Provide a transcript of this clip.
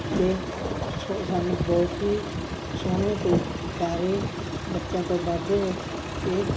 ਅਤੇ ਸੋ ਸਾਨੂੰ ਬਹੁਤ ਹੀ ਸੋਹਣੇ ਅਤੇ ਪਿਆਰੇ ਬੱਚਿਆਂ ਤੋਂ ਵੱਧ ਇਹ